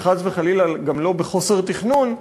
וחס וחלילה גם לא בחוסר תכנון,